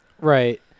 Right